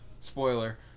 Spoiler